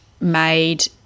made